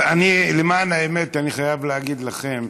למען האמת, אני חייב להגיד לכם,